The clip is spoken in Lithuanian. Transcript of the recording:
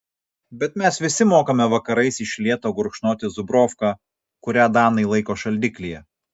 bet mes visi mokame vakarais iš lėto gurkšnoti zubrovką kurią danai laiko šaldiklyje